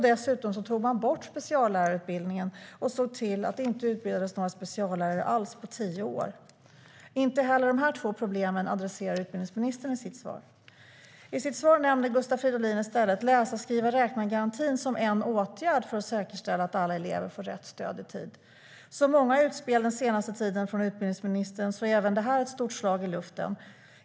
Dessutom tog man bort speciallärarutbildningen så att det inte utbildades några speciallärare alls på tio år. Inte heller dessa två problem adresserar utbildningsministern i sitt svar.I sitt svar nämner Gustav Fridolin i stället läsa-skriva-räkna-garantin som en åtgärd för att säkerställa att alla elever får rätt stöd i tid. Som många utspel den senaste tiden från utbildningsministern är även detta ett stort slag i luften.